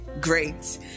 great